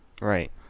Right